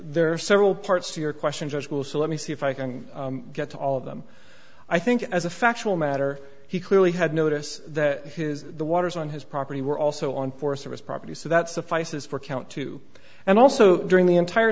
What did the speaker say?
there are several parts to your questions which will so let me see if i can get to all of them i think as a factual matter he clearly had notice that his the waters on his property were also on force of his property so that suffices for count two and also during the entire